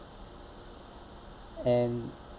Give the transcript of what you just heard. and